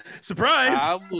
Surprise